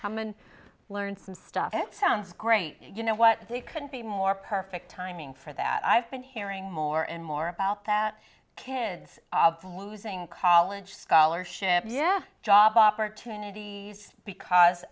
come and learn some stuff it sounds great you know what they couldn't be more perfect timing for that i've been hearing more and more about that kids losing college scholarship yeah job opportunities because